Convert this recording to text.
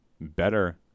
better